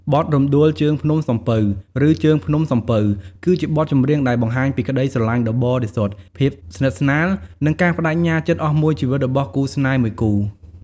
បទ រំដួលជើងភ្នំសំពៅ ឬ ជើងភ្នំសំពៅ គឺជាបទចម្រៀងដែលបង្ហាញពីក្តីស្រឡាញ់ដ៏បរិសុទ្ធ ភាពស្និទ្ធស្នាល និងការប្តេជ្ញាចិត្តអស់មួយជីវិតរបស់គូស្នេហ៍មួយគូ។